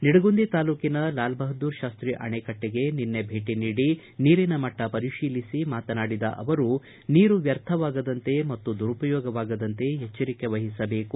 ನಿಡಗುಂದಿ ತಾಲೂಕಿನ ಲಾಲ್ ಬಹದ್ದೂರ್ ಶಾಸ್ತಿ ಆಣೆಕಟ್ಟೆಗೆ ನಿನ್ನೆ ಭೇಟಿ ನೀಡಿ ನೀರಿನ ಮಟ್ಟ ಪರಿಶೀಲಿಸಿ ಮಾತನಾಡಿದ ಅವರು ನೀರು ವ್ಯರ್ಥವಾಗದಂತೆ ಮತ್ತು ದುರುಪಯೋಗ ವಾಗದಂತೆ ಎಚ್ವರಿಕೆ ವಹಿಸಬೇಕು